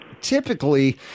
typically